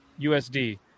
USD